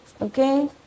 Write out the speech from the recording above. Okay